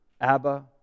Abba